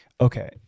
Okay